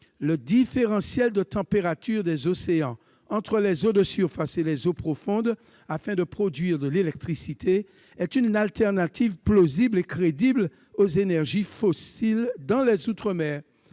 le différentiel de température des océans entre les eaux de surface et les eaux profondes afin de produire de l'électricité, est une alternative plausible et crédible aux énergies fossiles dans les outre-mer.